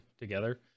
together